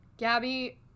Gabby